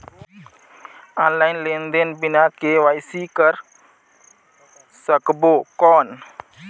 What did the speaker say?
Online लेनदेन बिना KYC कर सकबो कौन??